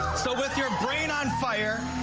so with your rain on fire,